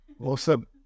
Awesome